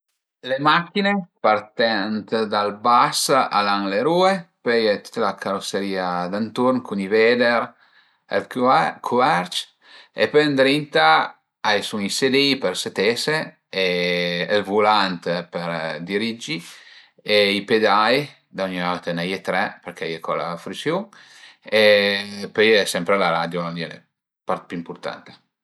Le machin-e partend dal bas al an le rue, pöi a ie tüta la caruserìa d'ënturn cun i veder, ël cuverc e pöi ëndrinta a i sun i sedi-i për setese e ël vulant për diriggi e i pedai, da nui auti a i n'a ie tre, përché a ie co la frisiun e pöi a ie sempre la radio, lon li al e la part pi ëmpurtanta